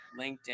LinkedIn